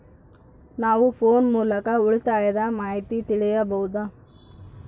ನಾವು ಫೋನ್ ಮೂಲಕ ಉಳಿತಾಯದ ಮಾಹಿತಿ ತಿಳಿಯಬಹುದಾ?